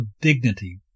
dignity